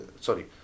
sorry